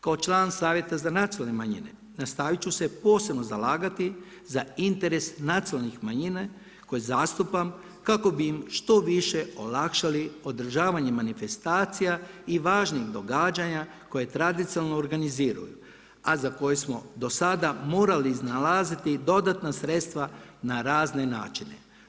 Kao član Savjeta za nacionalne manjine nastavit ću se posebno zalagati za interes nacionalnih manjina koje zastupam kako bi im što više olakšali održavanje manifestacija i važnih događanja koji tradicionalno organiziraju, a za koje smo do sada morali iznalaziti i dodatna sredstva na razne načine.